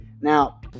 now